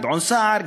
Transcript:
גדעון סער,